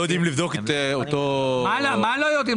מה הכוונה?